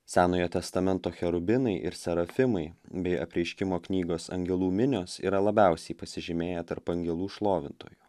senojo testamento cherubinai ir serafimai bei apreiškimo knygos angelų minios yra labiausiai pasižymėję tarp angelų šlovintojų